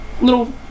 little